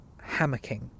hammocking